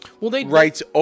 writes